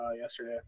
yesterday